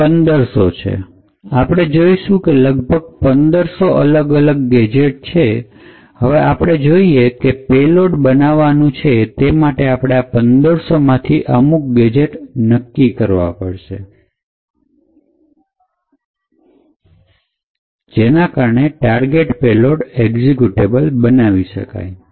તે ૧૫૦૦ છે આપણે જોઇશું કે લગભગ પંદરસો અલગ ગેજેટ છે હવે આપણે જોઈએ છીએ પેલોડ બનાવવાનું છે તેના માટે આપણે આ ૧૫૦૦ મા થી અમુક ગેજેટ નક્કી કરવા પડશે જેના કારણે ટાર્ગેટ પેલોડ એક્ઝિક્યુટેબલ બનાવી શકાય